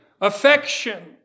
affection